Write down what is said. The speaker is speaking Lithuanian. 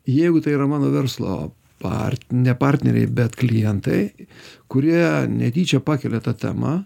jeigu tai yra mano verslo part ne partneriai bet klientai kurie netyčia pakelia tą temą